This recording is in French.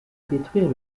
détruire